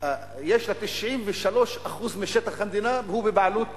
יש לה 93% משטח המדינה שהוא בבעלות